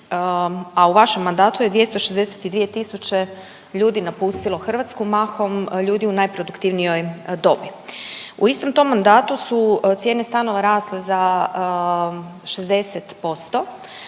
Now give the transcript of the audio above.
a u vašem mandatu je 262 tisuće ljudi napustilo Hrvatsku, mahom ljudi u najproduktivnijoj dobi. U istom tom mandatu su cijene stanova rasle za 60%,